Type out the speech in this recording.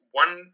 one